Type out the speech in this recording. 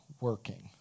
working